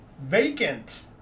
Vacant